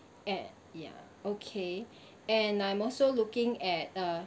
at ya okay and I'm also looking at uh